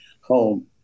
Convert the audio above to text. home